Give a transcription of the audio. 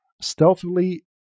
stealthily